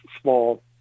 small